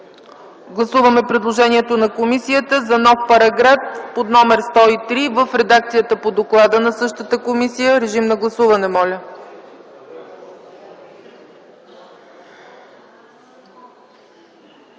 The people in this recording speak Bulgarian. Гласуваме предложението на комисията за нов параграф под номер 103 в редакцията по доклада на същата комисия. Гласували